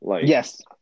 Yes